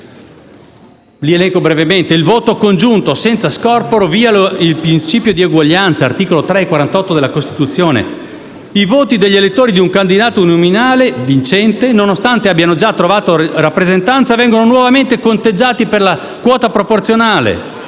il voto congiunto senza scorporo viola il principio di eguaglianza, sancito dagli articoli 3 e 48 della Costituzione; i voti degli elettori di un candidato nominale vincente, nonostante abbiano già trovato rappresentanza, vengono nuovamente conteggiati per la quota proporzionale.